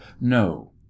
No